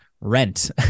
rent